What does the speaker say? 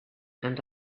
and